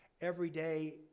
everyday